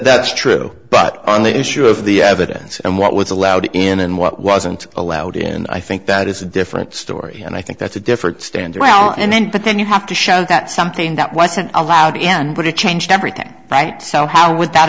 that's true but on the issue of the evidence and what was allowed in and what wasn't allowed in i think that is a different story and i think that's a different standard and then but then you have to show that something that wasn't allowed in but it changed everything right so how would that